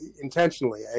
intentionally